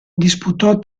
disputò